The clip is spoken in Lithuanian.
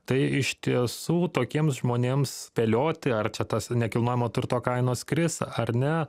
tai iš tiesų tokiems žmonėms spėlioti ar čia tas nekilnojamo turto kainos kris ar ne